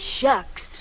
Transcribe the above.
shucks